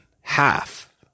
half